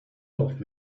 off